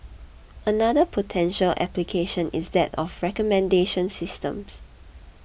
another potential application is that of recommendation systems